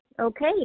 Okay